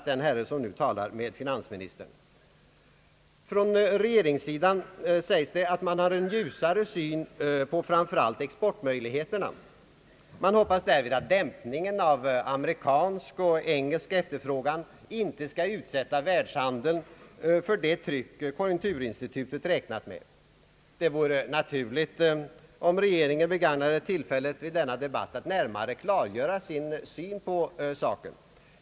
Från regeringshåll sägs att man har en ljusare syn på framför allt exportmöjligheterna. Man hoppas därvid att dämpningen av amerikansk och engelsk efterfrågan inte skall utsätta världshandeln för det tryck som konjunkturinstitutet har räknat med. Det vore naturligt om regeringen begagnade tillfället i denna debatt att närmare klargöra sin syn på saken.